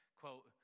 quote